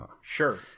sure